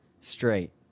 Straight